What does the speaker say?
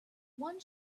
one